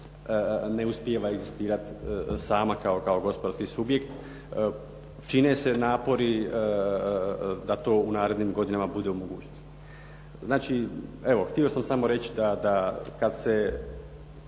ne uspijeva egzistirati sama kao gospodarski subjekt. Čine se napori da to u narednim godinama bude u mogućnosti. Evo, htio sam samo reći da kad se